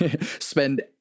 spend